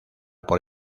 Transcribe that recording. por